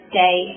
day